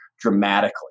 dramatically